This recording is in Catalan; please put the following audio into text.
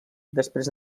després